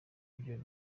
ivyo